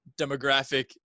demographic